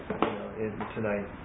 tonight